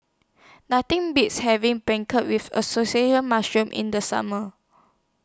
Nothing Beats having Beancurd with Assorted Mushrooms in The Summer